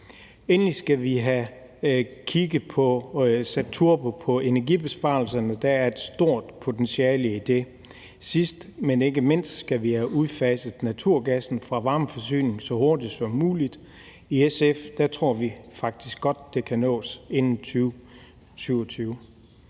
have kigget på at få sat turbo på energibesparelserne. Der er et stort potentiale i det. Sidst, men ikke mindst, skal vi have udfaset naturgassen fra varmeforsyningen så hurtigt som muligt. I SF tror vi faktisk godt, det kan nås inden 2027.